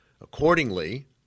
Accordingly